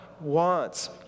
wants